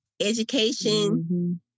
education